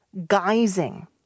guising